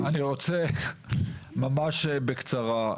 אני רוצה ממש בקצרה.